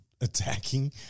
attacking